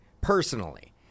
personally